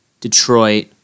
Detroit